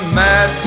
mad